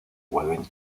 vuelven